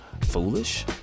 foolish